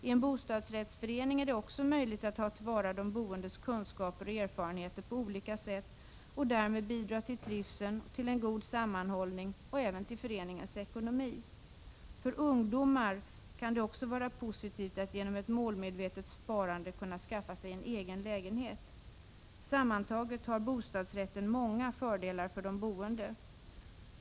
I en bostadsrättsförening är det också möjligt att ta till vara de boendes kunskaper och erfarenheter på olika sätt och därmed bidra till trivseln och till en god sammanhållning och även till föreningens ekonomi. För ungdomar kan det också vara positivt att genom ett målmedvetet sparande kunna skaffa sig en egen lägenhet. Sammantaget har bostadsrätten många fördelar för de boende.